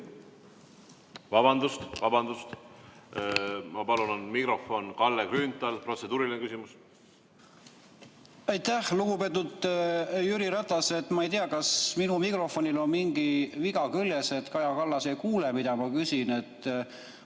palun! Vabandust! Ma palun anda mikrofon Kalle Grünthalile. Protseduuriline küsimus. Aitäh, lugupeetud Jüri Ratas! Ma ei tea, kas minu mikrofonil on mingi viga küljes, et Kaja Kallas ei kuule, mida ma küsin.